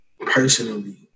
personally